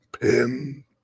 Pin